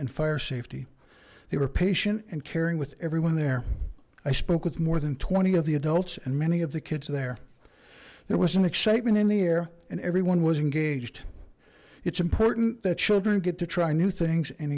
and fire safety they were patient and caring with everyone there i spoke with more than twenty of the adults and many of the kids there there was an excitement in the air and everyone was engaged it's important that children get to try new things and